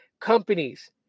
companies